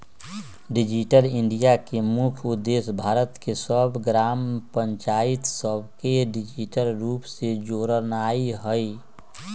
digital India के मुख्य उद्देश्य भारत के सभ ग्राम पञ्चाइत सभके डिजिटल रूप से जोड़नाइ हइ